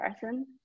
person